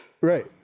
Right